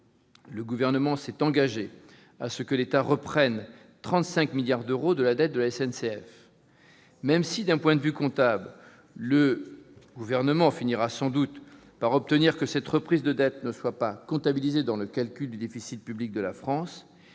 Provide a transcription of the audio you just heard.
le Gouvernement s'est engagé à ce que l'État reprenne 35 milliards d'euros de dette de la SNCF. Même si, d'un point de vue comptable, il finira sans doute par obtenir que cette reprise de dette ne soit pas prise en compte pour le calcul du déficit public de la France,